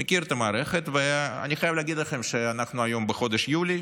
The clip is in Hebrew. אני חייב להגיד לכם שאנחנו היום בחודש יולי,